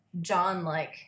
John-like